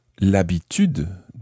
l'habitude